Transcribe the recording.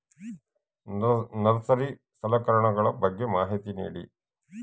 Nursery ಸಲಕರಣೆಗಳ ಬಗ್ಗೆ ಮಾಹಿತಿ ನೇಡಿ?